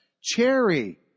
Cherry